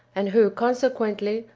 and who, consequently,